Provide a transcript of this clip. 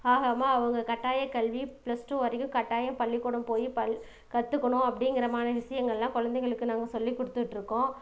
ஆகாமல் அவங்கள் கட்டாய கல்வி பிளஸ் டூ வரைக்கும் கட்டாயம் பள்ளிக்கூடம் போய் பள் கற்றுக்கணும் அப்படிங்கிறமான விசயங்கள்லாம் குழந்தைங்களுக்கு நாங்கள் சொல்லி கொடுத்துட்ருக்கோம்